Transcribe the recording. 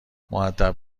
مودب